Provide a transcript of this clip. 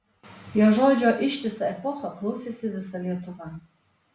jo žodžio ištisą epochą klausėsi visa lietuva